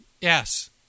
yes